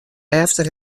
efter